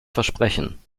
versprechen